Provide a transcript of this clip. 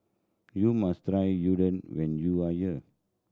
you must try Unadon when you are here